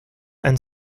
and